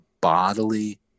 bodily